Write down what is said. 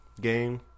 game